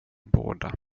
båda